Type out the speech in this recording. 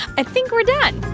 i think we're done